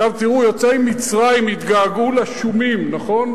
עכשיו תראו, יוצאי מצרים התגעגעו לשומים, נכון?